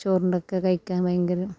ചോറിൻ്റെ ഒക്കെ കഴിക്കാൻ ഭയങ്കരം